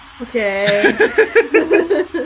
Okay